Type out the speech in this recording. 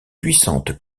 puissante